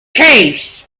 case